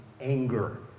anger